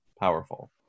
powerful